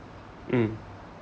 mm